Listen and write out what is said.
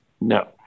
No